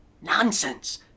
nonsense